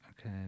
Okay